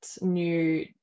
new